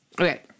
Okay